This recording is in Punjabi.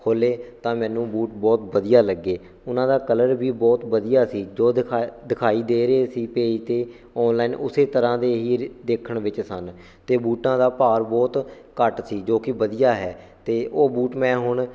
ਖੋਲ੍ਹੇ ਤਾਂ ਮੈਨੂੰ ਬੂਟ ਬਹੁਤ ਵਧੀਆ ਲੱਗੇ ਉਹਨਾਂ ਦਾ ਕਲਰ ਵੀ ਬਹੁਤ ਵਧੀਆ ਸੀ ਜੋ ਦਿਖਾੲ ਦਿਖਾਈ ਦੇ ਰਹੇ ਸੀ ਪੇਜ 'ਤੇ ਔਨਲਾਈਨ ਉਸ ਤਰ੍ਹਾਂ ਦੇ ਹੀ ਰ ਦੇਖਣ ਵਿੱਚ ਸਨ ਅਤੇ ਬੂਟਾਂ ਦਾ ਭਾਰ ਬਹੁਤ ਘੱਟ ਸੀ ਜੋ ਕਿ ਵਧੀਆ ਹੈ ਅਤੇ ਉਹ ਬੂਟ ਮੈਂ ਹੁਣ